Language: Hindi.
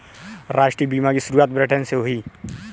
राष्ट्रीय बीमा की शुरुआत ब्रिटैन से हुई